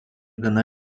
gana